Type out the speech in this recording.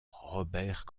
robert